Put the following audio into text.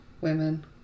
Women